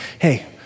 hey